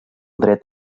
dret